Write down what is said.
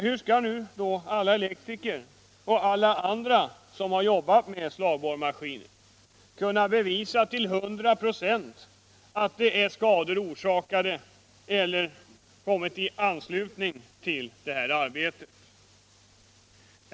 Hur skall nu alla elektriker och alla andra som har jobbat med slagborrmaskiner kunna bevisa att skadorna till hundra procent är orsakade I av eller har kommit i anslutning till detta arbete?